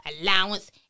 allowance